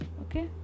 okay